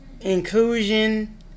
inclusion